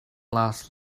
last